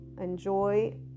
enjoy